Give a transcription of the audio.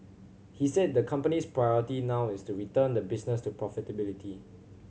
he said the company's priority now is to return the business to profitability